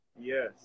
Yes